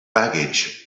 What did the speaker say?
baggage